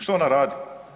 Što ona radi?